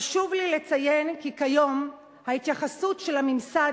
חשוב לי לציין כי כיום ההתייחסות של הממסד